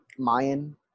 Mayan